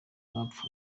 bapfuye